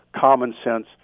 common-sense